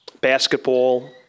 basketball